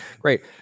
great